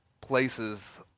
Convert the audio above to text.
places